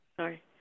sorry